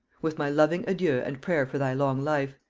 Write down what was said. with my loving adieu and prayer for thy long life,